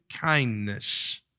kindness